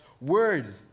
word